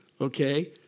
okay